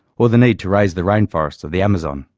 or the need to raze the rainforests of the amazon,